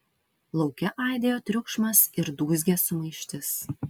lauke aidėjo triukšmas ir dūzgė sumaištis